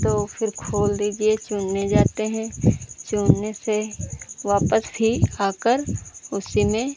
तो फिर खोल दीजिए चुनने जाते हैं चुनने से वापस फिर आकर उसी में